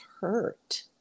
hurt